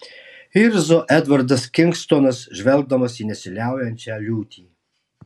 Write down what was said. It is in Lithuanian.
irzo edvardas kingstonas žvelgdamas į nesiliaujančią liūtį